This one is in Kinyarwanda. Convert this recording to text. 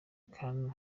koudou